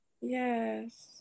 Yes